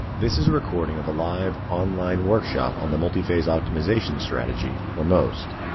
this is a recording of a live online workshop on the multi-phase optimization strategy or most.